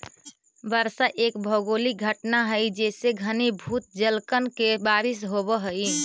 वर्षा एक भौगोलिक घटना हई जेसे घनीभूत जलकण के बारिश होवऽ हई